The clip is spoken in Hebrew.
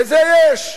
לזה יש.